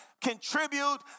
contribute